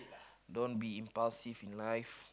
don't be impulsive in life